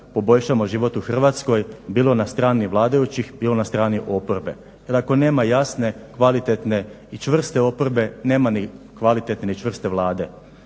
poboljšamo život u Hrvatskoj, bilo na strani vladajućih, bilo na strani oporbe. Jer ako nema jasne, kvalitetne i čvrste oporbe nema ni kvalitetne ni čvrste Vlade,